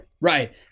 Right